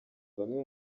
bamwe